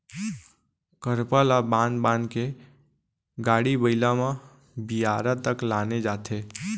करपा ल बांध बांध के गाड़ी बइला म बियारा तक लाने जाथे